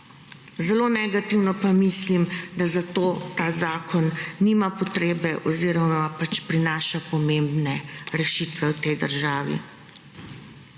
zelo negativno. Pa mislim, da zato ta zakon nima potrebe oziroma pač prinaša pomembne rešitve v tej državi.